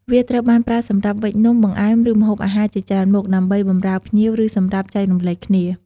វាត្រូវបានប្រើសម្រាប់វេចនំ បង្អែម ឬម្ហូបអាហារជាច្រើនមុខ ដើម្បីបម្រើភ្ញៀវ ឬសម្រាប់ចែករំលែកគ្នា។